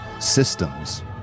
Systems